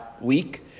week